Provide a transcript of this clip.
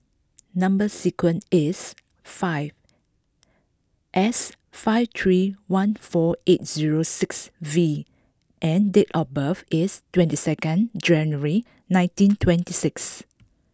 number sequence is five S five three one four eight zero six V and date of birth is twenty second January nineteen twenty six